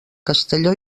castelló